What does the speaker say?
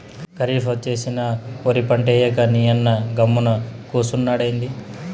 కరీఫ్ ఒచ్చేసినా ఒరి పంటేయ్యక నీయన్న గమ్మున కూసున్నాడెంది